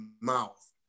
mouth